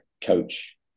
coach